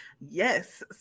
Yes